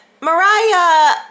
Mariah